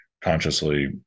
consciously